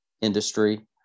industry